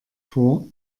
vor